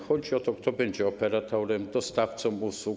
Chodzi o to, kto będzie operatorem, dostawcą usług.